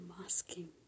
masking